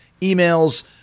emails